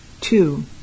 Two